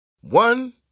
One